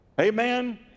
Amen